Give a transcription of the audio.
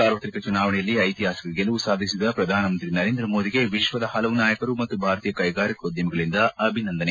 ಸಾರ್ವತಿಕ ಚುನಾವಣೆಯಲ್ಲಿ ಐತಿಹಾಸಿಕ ಗೆಲುವು ಸಾಧಿಸಿದ ಪ್ರಧಾನಮಂತ್ರಿ ನರೇಂದ್ರ ಮೋದಿಗೆ ವಿಶ್ವದ ಹಲವು ನಾಯಕರು ಮತ್ತು ಭಾರತೀಯ ಕ್ಲೆಗಾರಿಕೋದ್ಗಮಿಗಳಿಂದ ಅಭಿನಂದನೆ